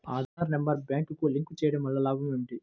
Aadhaar number బ్యాంక్నకు link చేయుటవల్ల లాభం ఏమిటి?